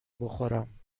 بخورم